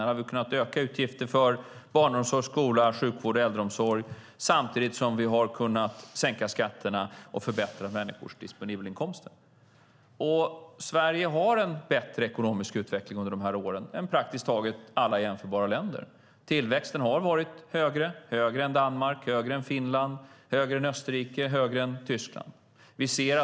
Här har vi kunnat öka utgifter för barnomsorg, skola, sjukvård och äldreomsorg samtidigt som vi har kunnat sänka skatterna och förbättra människors disponibelinkomster. Sverige har en bättre ekonomisk utveckling under de här åren än praktiskt taget alla jämförbara länder. Tillväxten har varit högre - högre än i Danmark, högre än i Finland, högre än i Österrike och högre än i Tyskland.